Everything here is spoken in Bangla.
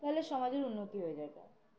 তাহলে সমাজের উন্নতি হয়ে যাবে